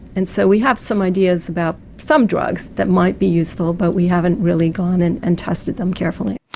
and so we have some ideas about some drugs that might be useful but we haven't really gone and and tested them carefully.